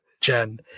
Jen